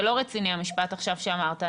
זה לא רציני המשפט עכשיו שאמרת.